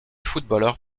footballeur